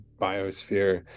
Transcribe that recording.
biosphere